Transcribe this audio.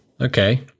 Okay